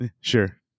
sure